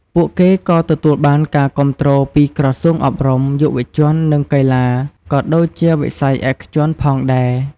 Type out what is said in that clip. ពួកគេក៏ទទួលបានការគាំទ្រពីក្រសួងអប់រំ យុវជន និងកីឡា ក៏ដូចជាវិស័យឯកជនផងដែរ។